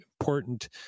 important